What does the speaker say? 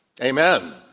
Amen